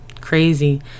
crazy